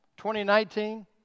2019